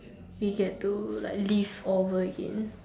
we get to like live over again